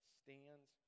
stands